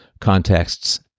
contexts